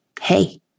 hey